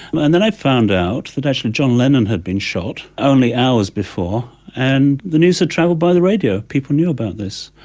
and then i found out that actually john lennon had been shot only hours before and the news had travelled by the radio, people knew about this.